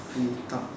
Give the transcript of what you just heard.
free talk